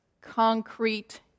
concrete